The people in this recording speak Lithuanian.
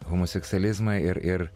homoseksualizmą ir ir